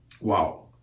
Wow